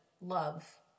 love